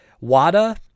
WADA